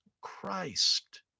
Christ